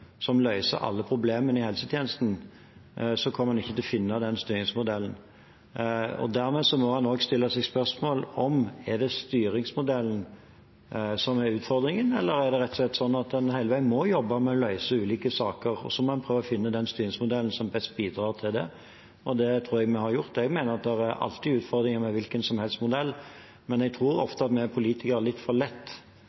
som løser alle problemene i helsetjenesten, kommer man ikke til å finne den styringsmodellen. Dermed må man også stille seg spørsmål om det er styringsmodellen som er utfordringen, eller om det rett og slett er sånn at man hele veien må jobbe med å løse ulike saker, og så må man prøve å finne den styringsmodellen som best bidrar til det. Det tror jeg vi har gjort. Jeg mener at det alltid er utfordringer med hvilken som helst modell, men jeg tror